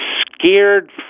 scared